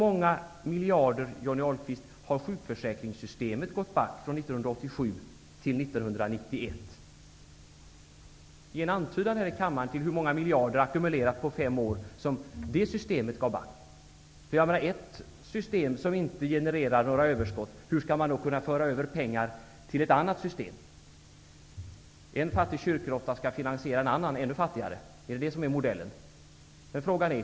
till 1991? Ge en antydan här i kammaren om hur många miljarder ackumulerade på fem år som det systemet gått back med. Om ett system inte genererar några överskott, hur skall man då kunna föra över pengar till ett annat system? En fattig kyrkråtta skall finansiera en annan, ännu fattigare, kyrkråtta. Är det modellen?